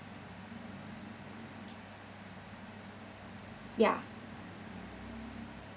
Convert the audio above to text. ya